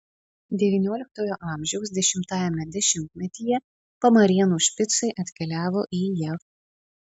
devynioliktojo amžiaus dešimtajame dešimtmetyje pamarėnų špicai atkeliavo į jav